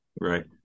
Right